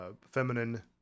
feminine